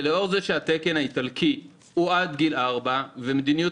ולאור זה שהתקן האיטלקי הוא עד גיל ארבע ומדיניות